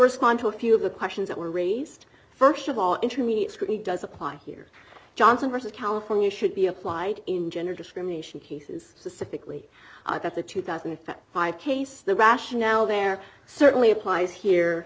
respond to a few of the questions that were raised st of all intermediate school does apply here johnson versus california should be applied in gender discrimination cases specifically at the two thousand and five case the rationale there certainly applies here